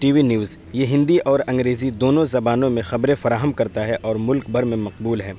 T V news یہ ہندی اور انگریزی دونوں زبانوں میں خبریں فراہم کرتا ہے اور ملک بھر میں مقبول ہے